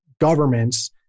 governments